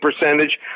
percentage